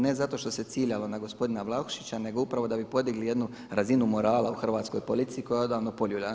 Ne zato što se ciljalo na gospodina Vlahušića nego upravo da bi podigli jednu razinu morala u hrvatskoj politici koja je odavno poljuljana.